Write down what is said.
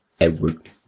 Edward